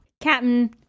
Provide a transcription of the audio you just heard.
Captain